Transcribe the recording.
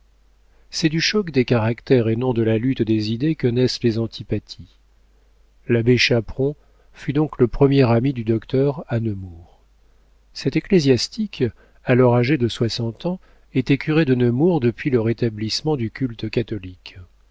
c'est du choc des caractères et non de la lutte des idées que naissent les antipathies l'abbé chaperon fut donc le premier ami du docteur à nemours cet ecclésiastique alors âgé de soixante ans était curé de nemours depuis le rétablissement du culte catholique